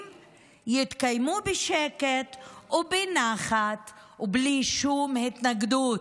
יתקיימו בשקט ובנחת ובלי שום התנגדות.